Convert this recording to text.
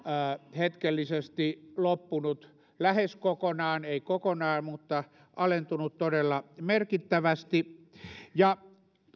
hetkellisesti loppunut lähes kokonaan ei kokonaan mutta alentunut todella merkittävästi ja